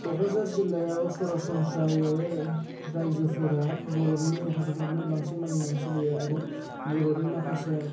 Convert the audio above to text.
कक्राझार जिल्लायाव सरासनस्रायै रायजोफोरा बर'नि नेम खान्थिफोरखौनो बांसिन मानिनानै सोलियो आरो बर'ऩि माखासे